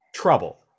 trouble